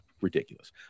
Ridiculous